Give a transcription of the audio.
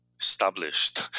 Established